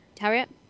Harriet